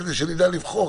כדי שנדע לבחור,